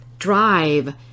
drive